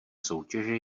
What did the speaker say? soutěže